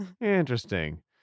Interesting